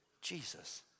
Jesus